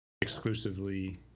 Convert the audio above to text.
exclusively